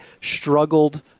struggled